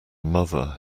mother